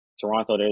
Toronto